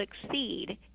succeed